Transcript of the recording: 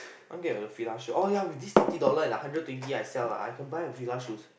I want get the Fila shoe oh ya with this thirty dollar and the hundred twenty I sell ah I can buy a Fila shoes